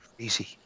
easy